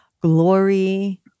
Glory